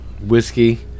whiskey